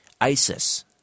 ISIS